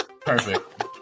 Perfect